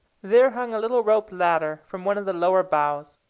there hung a little rope-ladder from one of the lower boughs.